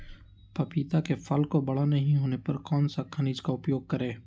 पपीता के फल को बड़ा नहीं होने पर कौन सा खनिज का उपयोग करें?